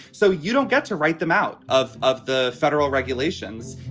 so you don't get to write them out of of the federal regulations